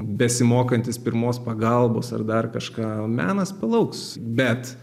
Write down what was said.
besimokantis pirmos pagalbos ar dar kažką menas palauks bet